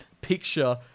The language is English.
picture